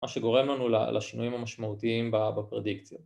מה שגורם לנו לשינויים המשמעותיים בפרדיקציה